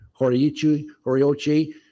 Horiochi